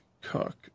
cook